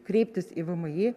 kreiptis į vmi